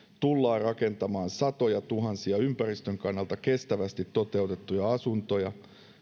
tullaan rakentamaan satojatuhansia ympäristön kannalta kestävästi toteutettuja asuntoja